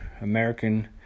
American